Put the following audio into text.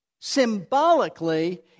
symbolically